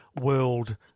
World